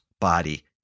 body